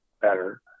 better